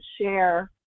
share